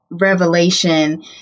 Revelation